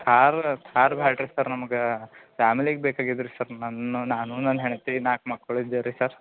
car car ಬ್ಯಾಡ ರೀ sir ನಮ್ಗೆ ಫ್ಯಾಮಿಲೀಗೆ ಬೇಕಾಗಿದೆ ರೀ ಸರ್ ನನ್ನ ನಾನು ನನ್ನ ಹೆಂಡ್ತಿ ನಾಲ್ಕು ಮಕ್ಕಳು ಇದ್ದೀವಿ ರೀ ಸರ್